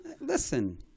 Listen